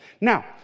Now